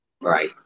right